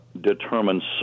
determines